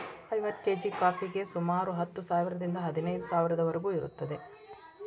ಐವತ್ತು ಕೇಜಿ ಕಾಫಿಗೆ ಸುಮಾರು ಹತ್ತು ಸಾವಿರದಿಂದ ಹದಿನೈದು ಸಾವಿರದವರಿಗೂ ಇರುತ್ತದೆ